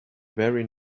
very